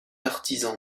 artisan